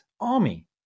army